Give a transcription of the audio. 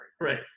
right